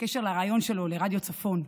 בקשר לריאיון שלו ברדיו צפון: